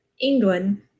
England